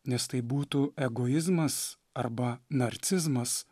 nes tai būtų egoizmas arba narcizmas